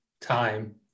time